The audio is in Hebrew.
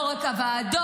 לא רק הוועדות,